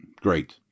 Great